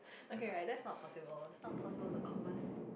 okay right that's not possible it's not possible to converse in